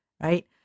right